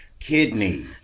Kidney